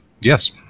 yes